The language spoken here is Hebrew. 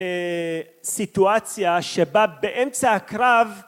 סיטואציה שבה באמצע הקרב